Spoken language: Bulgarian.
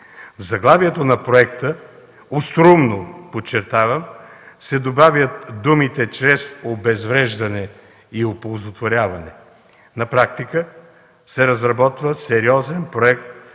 В заглавието на проекта остроумно, подчертавам, се добавят думите „чрез обезвреждане и оползотворяване”. На практика се разработва сериозен проект